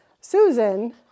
Susan